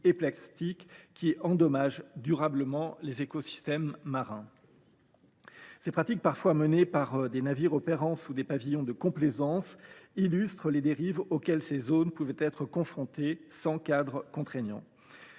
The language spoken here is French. et plastiques, qui endommagent durablement les écosystèmes marins. Ces pratiques, parfois menées par des navires sous pavillon de complaisance, illustrent les dérives auxquelles ces zones peuvent être confrontées en l’absence de cadre contraignant.